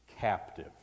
captive